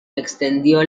extendió